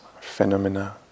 phenomena